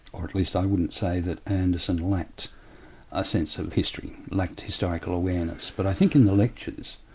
or at least i wouldn't say, that anderson lacked a sense of history, lacked historical awareness, but i think in the lectures,